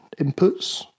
inputs